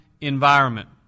environment